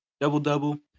Double-double